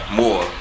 more